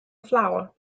flower